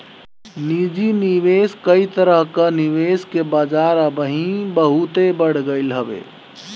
निजी निवेश कई तरह कअ निवेश के बाजार अबही बहुते बढ़ गईल हवे